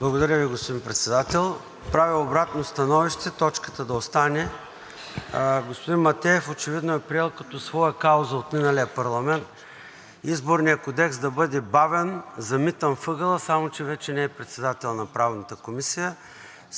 Благодаря Ви, господин Председател. Правя обратно становище точката да остане. Господин Матеев очевидно е приел като своя кауза от миналия парламент Изборният кодекс да бъде бавен, замитан в ъгъла, само че вече не е председател на Правната комисия.